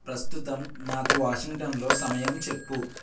ప్రస్తుతం నాకు వాషింగ్టన్లో సమయం చెప్పు